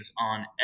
on